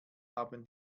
haben